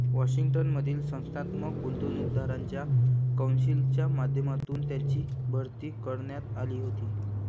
Washington मधील संस्थात्मक गुंतवणूकदारांच्या कौन्सिलच्या माध्यमातून त्यांची भरती करण्यात आली होती